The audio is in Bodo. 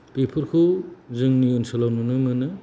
बेफोरखौ जोंनि ओनसोलाव नुनो मोनो